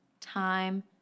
time